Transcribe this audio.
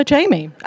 Jamie